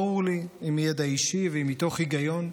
ברור לי, אם מידע אישי ואם מתוך היגיון,